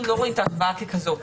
ההשוואה ככזאת.